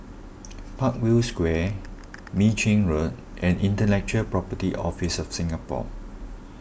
Parkview Square Mei Chin Road and Intellectual Property Office of Singapore